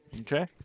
Okay